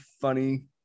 funny